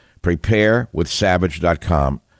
preparewithsavage.com